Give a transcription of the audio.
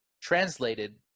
translated